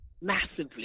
massively